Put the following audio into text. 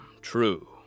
true